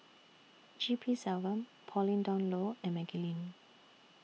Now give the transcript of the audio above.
G P Selvam Pauline Dawn Loh and Maggie Lim